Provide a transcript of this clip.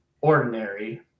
ordinary